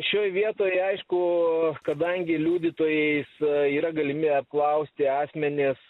šioj vietoj aišku kadangi liudytojais yra galimi apklausti asmenys